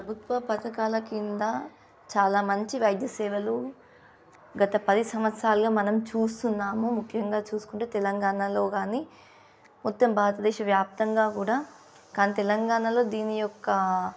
ప్రభుత్వ పథకాల కింద చాలా మంచి వైద్య సేవలు గత పది సంవత్సరాలుగా మనం చూస్తున్నాము ముఖ్యంగా చూసుకుంటే తెలంగాణలో గాని మొత్త్యం భారతదేశ వ్యాప్తంగాూ కూడా కానీ తెలంగాణలో దీని యొక్క